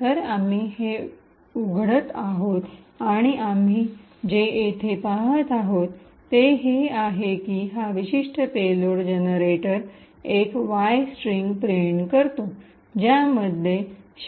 तर आम्ही ते उघडत आहोत आणि आम्ही जे येथे पहात आहोत ते हे आहे की हा विशिष्ट पेलोड जनरेटर एक वाय स्ट्रिंग प्रिंट करतो ज्यामध्ये